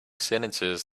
sentences